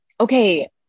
Okay